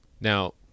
Now